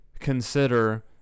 consider